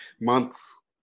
months